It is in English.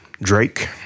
Drake